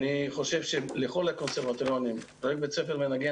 אני חושב שלכל הקונסרבטוריונים פרויקט בית ספר מנגן